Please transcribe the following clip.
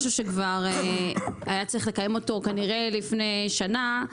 משהו שהיה צריך לקיים כנראה לפני שנה,